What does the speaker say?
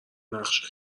نقش